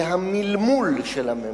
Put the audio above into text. זה המלמול של הממשלה.